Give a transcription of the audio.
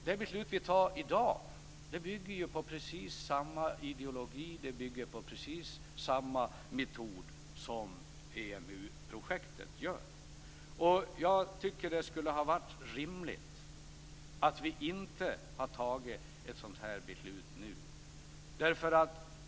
Det beslut som vi fattar i dag bygger på precis samma ideologi och samma metod som EMU-projektet gör. Jag tycker att det skulle ha varit rimligt att vi inte hade fattat ett sådant beslut nu.